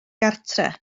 gartref